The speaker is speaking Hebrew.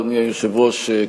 אדוני היושב-ראש,